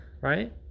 Right